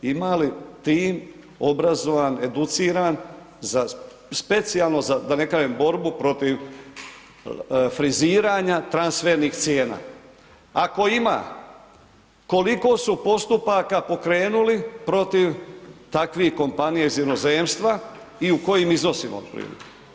Ima li tim obrazovan, educiran za, specijalno da ne kažem, borbu protiv friziranja transfernih cijena, ako ima koliko su postupaka pokrenuli protiv takvih kompanija iz inozemstva i u kojim iznosima otprilike?